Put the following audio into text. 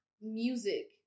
music